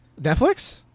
Netflix